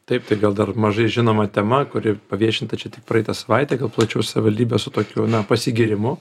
taip tai gal dar mažai žinoma tema kuri paviešinta čia tik praeitą savaitę gal plačiau savaldybė su tokiu na pasigyrimu